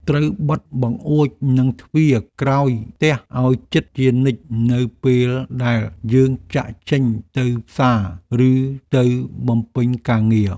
ត្រូវបិទបង្អួចនិងទ្វារក្រោយផ្ទះឱ្យជិតជានិច្ចនៅពេលដែលយើងចាកចេញទៅផ្សារឬទៅបំពេញការងារ។